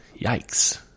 yikes